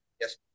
Yes